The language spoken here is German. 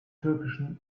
türkischen